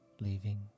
leaving